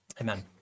amen